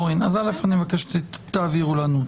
פה אין חלון?